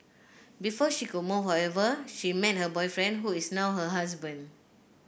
before she could move however she met her boyfriend who is now her husband